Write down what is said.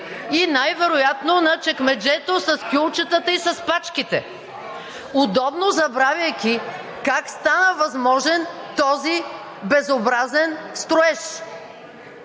най-вероятно на чекмеджето с кюлчетата и с пачките, удобно забравяйки как стана възможен този безобразен строеж